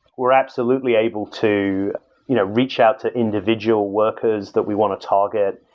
we're absolutely able to you know reach out to individual workers that we want to target.